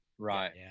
right